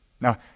Now